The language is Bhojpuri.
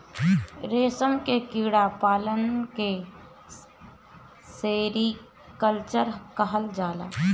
रेशम के कीड़ा पालन के सेरीकल्चर कहल जाला